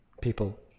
people